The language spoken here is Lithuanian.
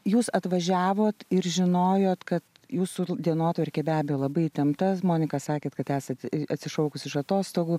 jūs atvažiavot ir žinojot kad jūsų dienotvarkė be abejo labai įtempta monika sakėt kad esat atsišaukus iš atostogų